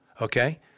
Okay